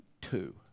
two